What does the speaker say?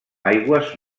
aigües